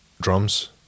drums